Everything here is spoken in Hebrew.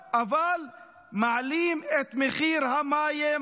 אבל מעלים את מחיר המים,